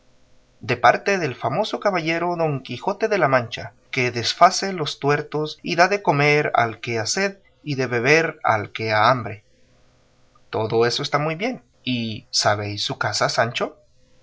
de parte del famoso caballero don quijote de la mancha que desface los tuertos y da de comer al que ha sed y de beber al que ha hambre todo eso está muy bien y sabéis su casa sancho